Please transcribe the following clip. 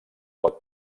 pot